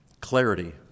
clarity